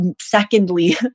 secondly